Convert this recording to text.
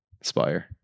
spire